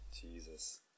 Jesus